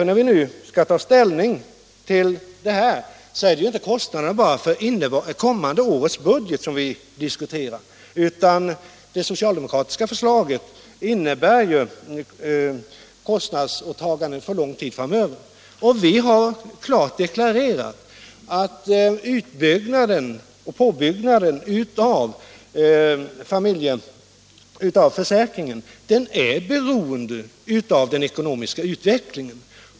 När vi nu skall ta ställning till dessa frågor är det inte kostnaderna bara för det kommande årets budget som vi diskuterar, utan det socialdemokratiska förslaget innebär ett kostnadsåtagande för lång tid framöver. Vi har också klart deklarerat att utbyggnaden och påbyggnaden av försäkringen är beroende av den ekonomiska utvecklingen.